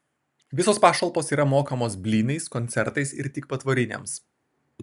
visos pašalpos yra mokamos blynais koncertais ir tik patvoriniams